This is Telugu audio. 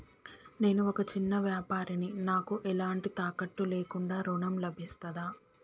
నేను ఒక చిన్న వ్యాపారిని నాకు ఎలాంటి తాకట్టు లేకుండా ఋణం లభిస్తదా?